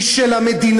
היא של המדינה,